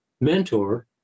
mentor